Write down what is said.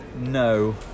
No